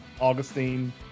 Augustine